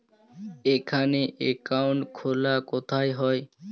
এখানে অ্যাকাউন্ট খোলা কোথায় হয়?